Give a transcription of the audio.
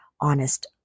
honest